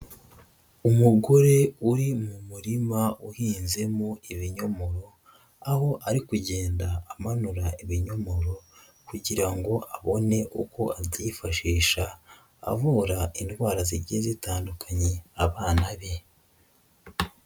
Umugore uri mu murima uhinzemo ibinyomoro aho ari kugenda amanura ibinyomoro kugira ngo abone uko abyifashisha avura indwara zigiye zitandukanyekanye abana be.